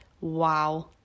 Wow